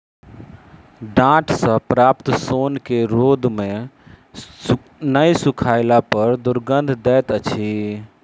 डांट सॅ प्राप्त सोन के रौद मे नै सुखयला पर दुरगंध दैत अछि